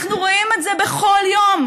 אנחנו רואים את זה בכל יום